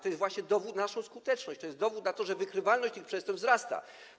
To jest właśnie dowód na naszą skuteczność, to jest dowód na to, że wykrywalność tych przestępstw wzrasta.